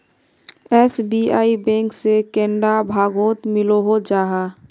SBI bank से कैडा भागोत मिलोहो जाहा?